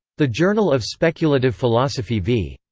the journal of speculative philosophy v.